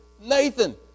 Nathan